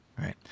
Right